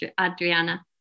adriana